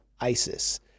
ISIS